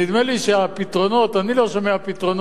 נדמה לי שהפתרונות, אני לא שומע פתרונות